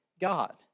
God